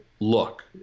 look